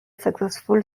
successful